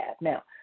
Now